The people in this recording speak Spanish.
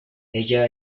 ella